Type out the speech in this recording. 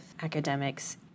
academics